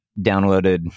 downloaded